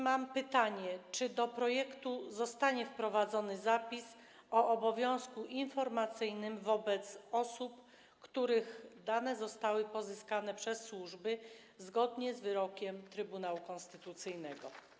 Mam pytanie: Czy do projektu zostanie wprowadzony zapis o obowiązku informacyjnym wobec osób, których dane zostały pozyskane przez służby zgodnie z wyrokiem Trybunału Konstytucyjnego?